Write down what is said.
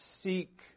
seek